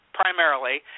primarily